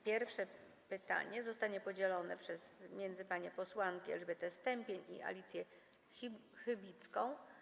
Pierwsze pytanie zostanie podzielone między panie posłanki Elżbietę Stępień i Alicję Chybicką.